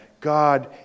God